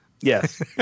Yes